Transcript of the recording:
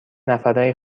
نفره